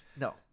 no